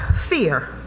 fear